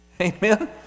Amen